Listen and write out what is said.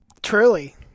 Truly